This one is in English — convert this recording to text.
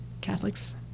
Catholics